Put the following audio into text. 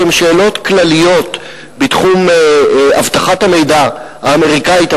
שהן שאלות כלליות בתחום אבטחת המידע האמריקנית,